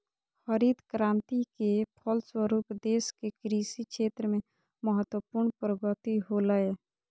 हरित क्रान्ति के फलस्वरूप देश के कृषि क्षेत्र में महत्वपूर्ण प्रगति होलय